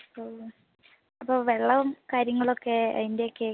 ഓ അപ്പോള് വെള്ളവും കാര്യങ്ങളുമൊക്കെ അതിന്റെയൊക്കെ